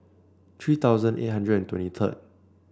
three thousand eight hundred and twenty third